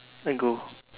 let go